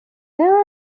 there